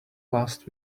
last